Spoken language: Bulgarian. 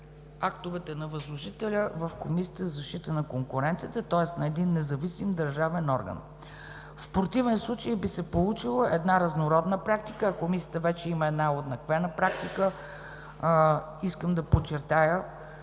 актовете на възложителя в Комисията за защита на конкуренцията, тоест един независим държавен орган. В противен случай би се получила една разнородна практика, а Комисията има уеднаквена практика. Искам да подчертая,